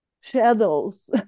shadows